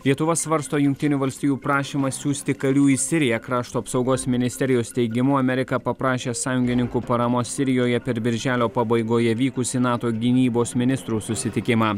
lietuva svarsto jungtinių valstijų prašymą siųsti karių į siriją krašto apsaugos ministerijos teigimu amerika paprašė sąjungininkų paramos sirijoje per birželio pabaigoje vykusį nato gynybos ministrų susitikimą